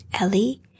Ellie